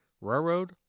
railroad